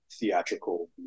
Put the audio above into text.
theatrical